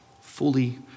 fully